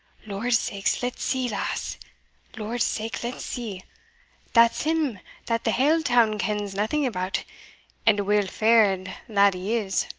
lord's sake, let's see, lass lord's sake, let's see that's him that the hale town kens naething about and a weel-fa'ard lad he is